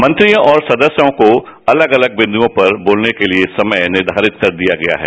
मंत्रयो और सदस्य को अलग अलग विंदुओं पर बोलने के लिए समय निर्धारित कर दिया गया है